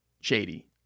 shady